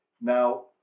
Now